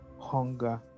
hunger